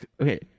Okay